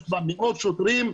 יש בה מאות שוטרים.